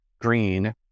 green